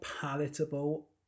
palatable